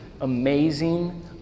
amazing